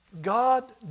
God